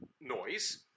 noise